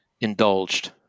indulged